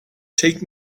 take